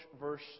verse